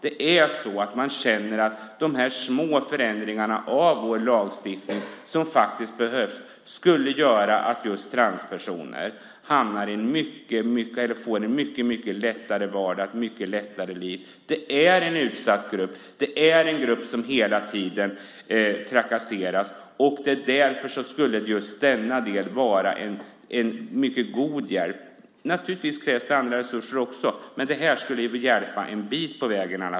De små förändringarna av vår lagstiftning skulle göra att transpersoner skulle få en lättare vardag och ett lättare liv. Det är en utsatt grupp, och det är en grupp som hela tiden trakasseras. Därför skulle just denna del vara en mycket god hjälp. Naturligtvis krävs andra resurser också, men det här skulle hjälpa en bit på vägen.